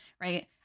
Right